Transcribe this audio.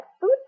food